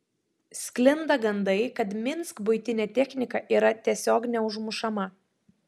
sklinda gandai kad minsk buitinė technika yra tiesiog neužmušama